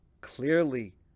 clearly